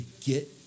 get